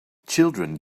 children